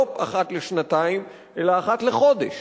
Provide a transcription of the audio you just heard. לא אחת לשנתיים אלא אחת לחודש.